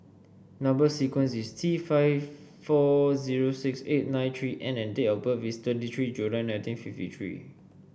number sequence is T five four zero six eight nine three N and date of birth is twenty three July nineteen fifty three